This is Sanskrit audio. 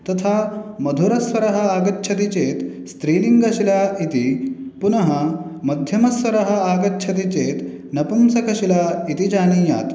तथा मधुरस्वरः आगच्छति चेत् स्त्रील्लिङ्गशिला इति पुनः मध्यमस्वरः आगच्छति चेत् नपुंसकशिला इति जानीयात्